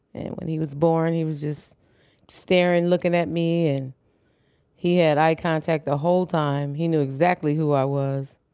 and when he was born, he was just staring, looking at me. and he had eye contact the whole time. he knew exactly who i was